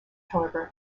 however